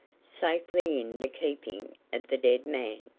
safely in the keeping of the dead man,